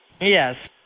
Yes